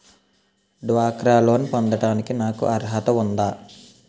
డ్వాక్రా లోన్ పొందటానికి నాకు అర్హత ఉందా?